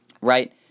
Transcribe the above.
right